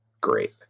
great